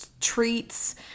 treats